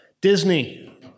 Disney